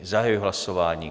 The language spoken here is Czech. Zahajuji hlasování.